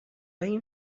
این